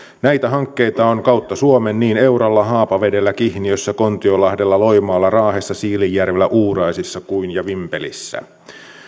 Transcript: näitä hankkeita on kautta suomen niin euralla haapavedellä kihniössä kontiolahdella loimaalla raahessa siilinjärvellä uuraisissa kuin vimpelissä